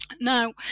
Now